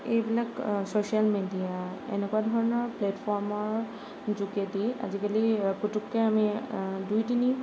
এইবিলাক social media এনেকুৱা ধৰণৰ প্লেটফ'ৰ্মৰ যোগেদি আজিকালি পুতুককৈ আমি দুই তিনি